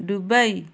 Dubai